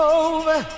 over